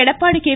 Edappadi K